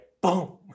boom